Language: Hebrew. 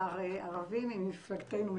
שר ערבי ממפלגתנו,